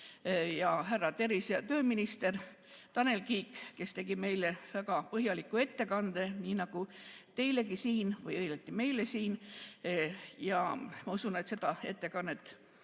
ja härra tervise‑ ja tööminister Tanel Kiik, kes tegi meile väga põhjaliku ettekande, nagu teilegi või õieti meile siin. Ma usun, et seda ettekannet